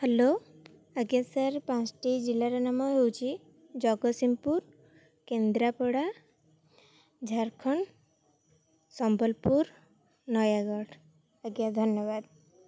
hello ଆଜ୍ଞା sir ପାଞ୍ଚଟି ଜିଲ୍ଲାର ନାମ ହେଉଛି ଜଗତସିଂହପୁର କେନ୍ଦ୍ରାପଡ଼ା ଝାରଖଣ୍ଡ ସମ୍ବଲପୁର ନୟାଗଡ଼ ଆଜ୍ଞା ଧନ୍ୟବାଦ